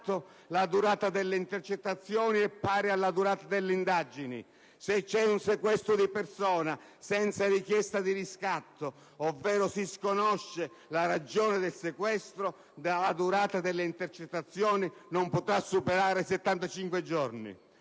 la durata delle intercettazioni è pari alla durata delle indagini. Se c'è un sequestro di persona senza richiesta di riscatto, ovvero si sconosce la ragione del sequestro, la durata delle intercettazioni non potrà superare i 75 giorni.